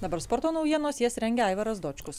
dabar sporto naujienos jas rengia aivaras dočkus